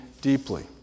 deeply